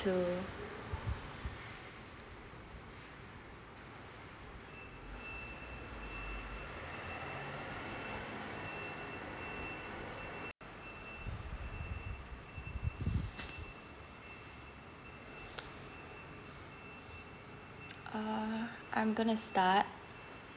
two uh I'm gonna start